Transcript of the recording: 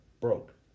broke